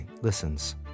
listens